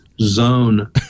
zone